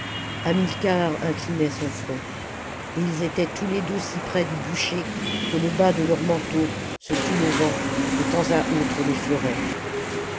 hamilcar inclinait son front et ils étaient tous les deux si près du bûcher que le bas de leurs manteaux se soulevant de temps à autre l'effleurait les